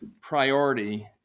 priority